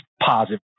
positive